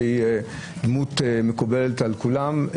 שהיא דמות מקובלת על כולם,